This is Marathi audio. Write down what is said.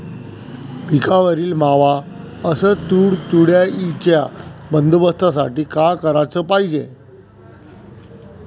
पिकावरील मावा अस तुडतुड्याइच्या बंदोबस्तासाठी का कराच पायजे?